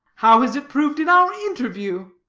how has it proved in our interview?